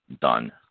done